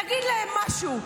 תגיד להן משהו.